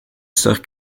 sœur